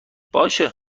باشه